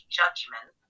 judgment